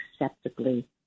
acceptably